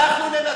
אנחנו ננצח.